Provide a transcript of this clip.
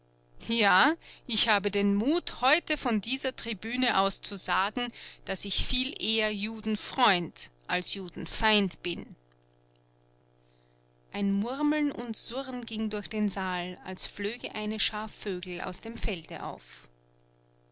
ja ich habe den mut heute von dieser tribüne aus zu sagen daß ich viel eher judenfreund als judenfeind bin ein murmeln und surren ging durch den saal als flöge eine schar vögel aus dem felde auf